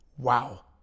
Wow